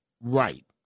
right